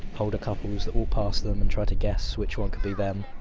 older couples that walk past them, and try to guess which one could be them.